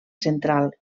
central